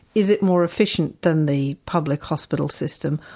is it more efficient than the public hospital system?